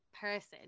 person